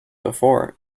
before